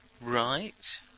right